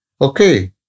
Okay